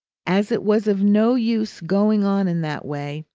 as it was of no use going on in that way,